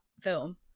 film